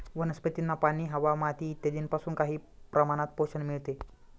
वनस्पतींना पाणी, हवा, माती इत्यादींपासून काही प्रमाणात पोषण मिळते